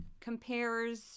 compares